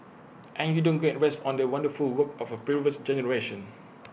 and you don't get rest on the wonderful work of A previous generation